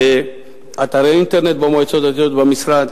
אתרי אינטרנט במועצות הדתיות ובמשרד.